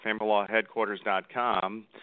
familylawheadquarters.com